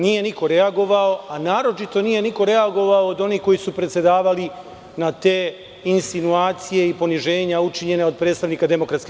Nije niko reagovao, a naročito nije niko reagovao od onih koji su predsedavali na te insinuacije i poniženja učinjena od predstavnika DS.